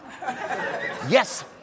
yes